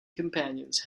companions